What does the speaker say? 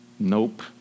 Nope